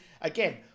again